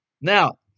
Now